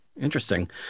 Interesting